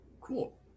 cool